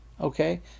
Okay